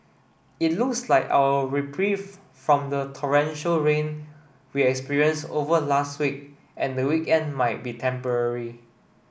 it looks like our reprieve from the torrential rain we experienced over last week and the weekend might be temporary